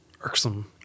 irksome